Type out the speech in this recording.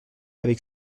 avec